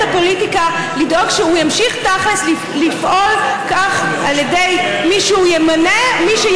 הפוליטיקה לדאוג שהוא ימשיך תכל'ס לפעול כך על ידי מי שימונה,